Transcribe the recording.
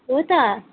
हो त